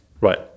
Right